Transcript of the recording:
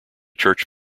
church